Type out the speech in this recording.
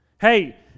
Hey